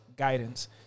guidance